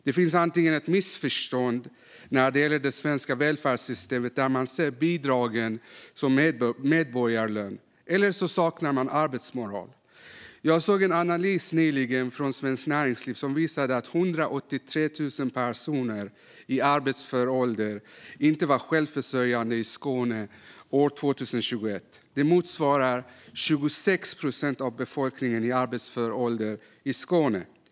Antingen råder det ett missförstånd när det gäller det svenska välfärdssystemet som gör att människor ser bidragen som medborgarlön, eller så saknar dessa människor arbetsmoral. Jag såg nyligen en analys från Svenskt Näringsliv som visade att 183 000 personer i arbetsför ålder i Skåne inte var självförsörjande år 2021. Det motsvarar 26 procent av befolkningen i arbetsför ålder i Skåne.